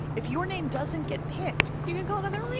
if your name doesn't get picked. you can call in and